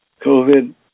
COVID